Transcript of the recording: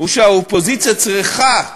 הוא שהאופוזיציה צריכה,